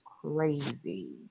crazy